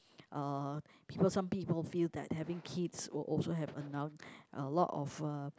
uh people some people feel that having kids will also have a now a lot of uh